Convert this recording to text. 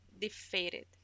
defeated